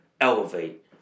elevate